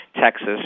Texas